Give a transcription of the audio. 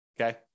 Okay